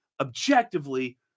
objectively